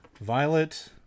Violet